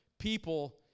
People